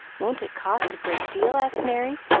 won't it cost a great deal? asked merry,